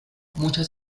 muchas